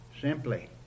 Simply